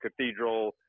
Cathedral